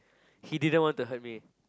he didn't want to hurt me